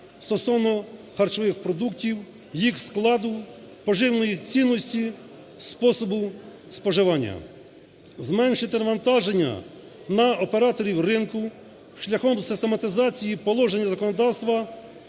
стосовно харчових продуктів, їх складу, поживної цінності, способу споживання, зменшити навантаження на операторів ринку шляхом систематизації положень законодавства